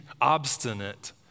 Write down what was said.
obstinate